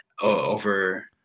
over